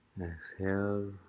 Exhale